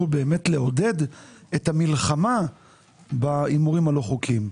באמת לעודד את המלחמה בהימורים הלא חוקיים.